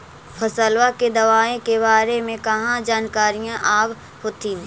फसलबा के दबायें के बारे मे कहा जानकारीया आब होतीन?